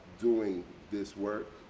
doing this work.